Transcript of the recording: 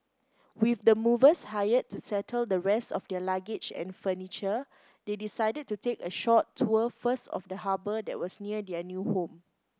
with the movers hired to settle the rest of their luggage and furniture they decided to take a short tour first of the harbour that was near their new home